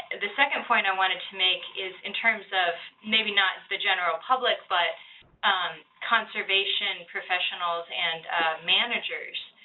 and the second point i wanted to make is, in terms of, maybe not the general public, but conservation professionals and managers,